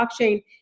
blockchain